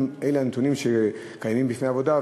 אם אלה הנתונים שקיימים בפני הוועדה,